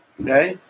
Okay